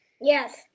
Yes